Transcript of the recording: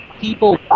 people